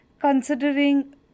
considering